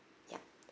ya